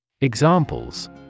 Examples